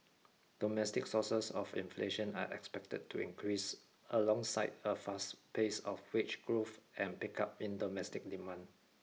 domestic sources of inflation are expected to increase alongside a faster pace of wage growth and pickup in domestic demand